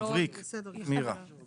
מבריק, מירה.